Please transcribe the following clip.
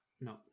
No